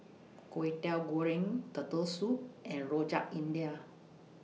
Kwetiau Goreng Turtle Soup and Rojak India